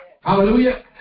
Hallelujah